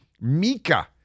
Mika